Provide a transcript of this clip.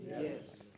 Yes